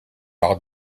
par